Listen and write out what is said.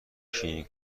شیرین